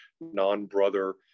non-brother